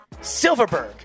Silverberg